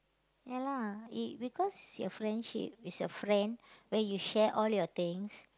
ya lah E~ because your friendship is your friend where you share all your things